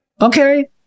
Okay